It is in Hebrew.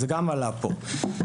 וזה גם עלה פה.